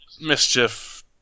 mischief